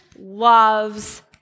loves